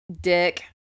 dick